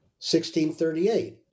1638